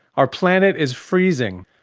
our planet is freezing,